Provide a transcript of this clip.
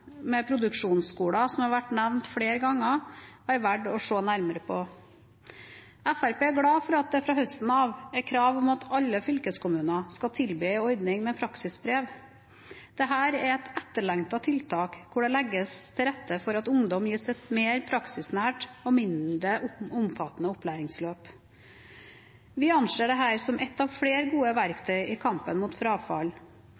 med produksjonsskoler, som har vært nevnt flere ganger, være verdt å se nærmere på. Fremskrittspartiet er glad for at det fra høsten av er krav om at alle fylkeskommuner skal tilby en ordning med praksisbrev. Dette er et etterlengtet tiltak hvor det legges til rette for at ungdom gis et mer praksisnært og mindre omfattende opplæringsløp. Vi anser dette som ett av flere gode